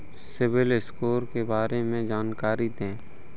CIBIL score के बारे में जानकारी दें?